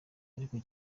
ariko